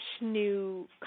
new